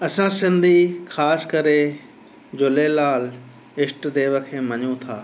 असां सिंधी ख़ासि करे झूलेलाल ईष्ट देव खे मञूं था